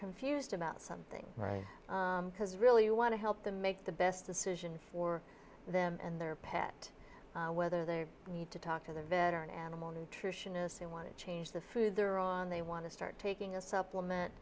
confused about something because really you want to help them make the best decision for them and their pet whether they need to talk to the vet or an animal nutritionist they want to change the food they're on they want to start taking a supplement